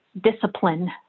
discipline